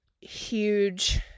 huge